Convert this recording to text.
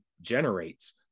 generates